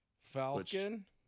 Falcon